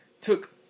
took